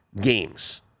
games